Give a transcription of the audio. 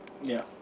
ya